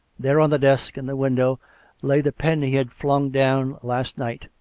there on the desk in the window lay the pen he had flung down last night,